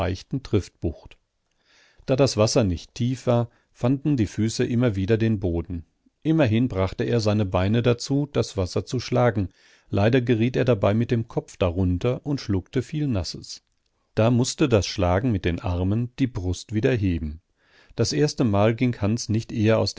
seichten triftbucht da das wasser nicht tief war fanden die füße immer wieder den boden immerhin brachte er seine beine dazu das wasser zu schlagen leider geriet er dabei mit dem kopf darunter und schluckte viel nasses da mußte das schlagen mit den armen die brust wieder heben das erste mal ging hans nicht eher aus